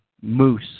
moose